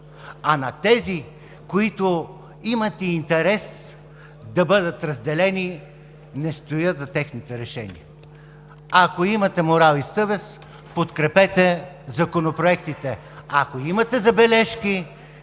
А на тези, които имат интерес да бъдат разделени, не стоя зад техните решения. Ако имате морал и съвест, подкрепете законопроектите. Ако имате забележки,